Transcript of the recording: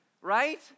right